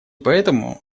поэтому